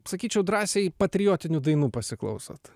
sakyčiau drąsiai patriotinių dainų pasiklausot